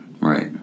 Right